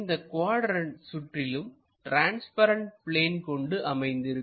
இந்த குவாட்ரண்ட் சுற்றிலும் transparent plane கொண்டு அமைந்திருக்கும்